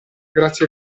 grazie